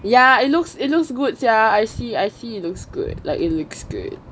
ya it looks it looks good sia I see I see it looks good like it looks good